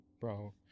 bro